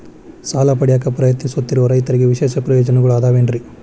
ಸಾಲ ಪಡೆಯಾಕ್ ಪ್ರಯತ್ನಿಸುತ್ತಿರುವ ರೈತರಿಗೆ ವಿಶೇಷ ಪ್ರಯೋಜನಗಳು ಅದಾವೇನ್ರಿ?